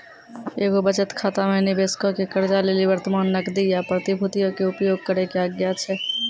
एगो बचत खाता मे निबेशको के कर्जा लेली वर्तमान नगदी या प्रतिभूतियो के उपयोग करै के आज्ञा छै